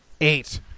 eight